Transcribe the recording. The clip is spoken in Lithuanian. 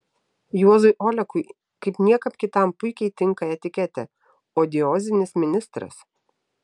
juozui olekui kaip niekam kitam puikiai tinka etiketė odiozinis ministras